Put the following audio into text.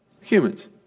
Humans